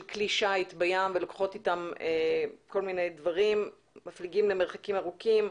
כלי שיט בים ולוקחות אתן כל מיני דברים שמפליגים למרחקים ארוכים.